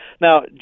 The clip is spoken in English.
Now